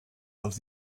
dels